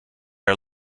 are